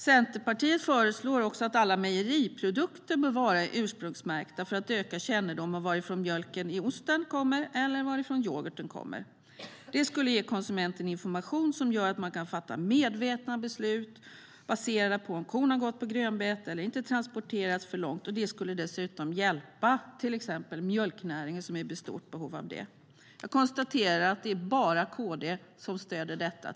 Centerpartiet föreslår också att alla mejeriprodukter ska vara ursprungsmärkta för att öka kännedomen om varifrån mjölken i osten kommer och varifrån yoghurten kommer. Det skulle ge konsumenten information som gör att man kan fatta medvetna beslut baserade på om kon har gått på grönbete och inte har transporterats för långt. Det skulle dessutom hjälpa till exempel mjölknäringen, som är i stort behov av hjälp. Jag konstaterar att det bara är KD som stöder detta.